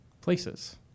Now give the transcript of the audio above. places